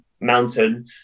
mountain